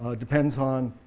ah depends on